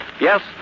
Yes